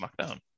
smackdown